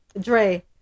dre